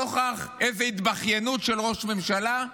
נוכח איזו התבכיינות של ראש ממשלה?